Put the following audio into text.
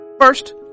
First